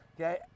okay